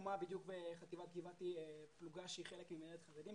הוקמה בדיוק בחטיבת גבעתי פלוגה שהיא חלק ממנהלת חרדים,